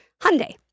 Hyundai